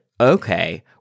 okay